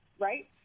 right